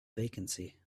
vacancy